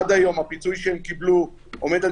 עד היום הפיצוי שהם קיבלו עומד על